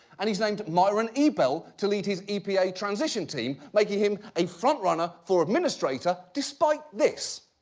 and he's named myron ebell to lead his epa transition team, making him a frontrunner for administrator, despite this.